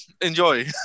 enjoy